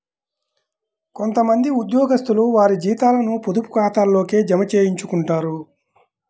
కొంత మంది ఉద్యోగస్తులు వారి జీతాలను పొదుపు ఖాతాల్లోకే జమ చేయించుకుంటారు